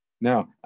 Now